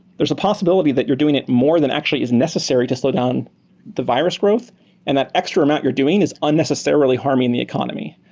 there's a possibility that you're doing it more than actually is necessary to slow down the virus growth and that extra amount you're doing is unnecessarily harming the economy.